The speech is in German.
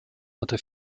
hatte